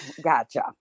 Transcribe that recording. Gotcha